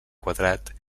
quadrat